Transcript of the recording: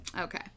Okay